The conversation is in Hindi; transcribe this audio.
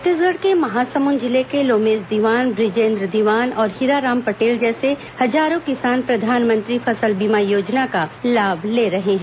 छत्तीसगढ़ के महासमुंद जिले के लोमेश दीवान बृजेन्द्र दीवान और हीराराम पटेल जैसे हजारों किसान प्रधानमंत्री फसल बीमा योजना का लाभ ले रहे हैं